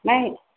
ନାହିଁ